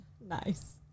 Nice